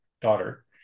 daughter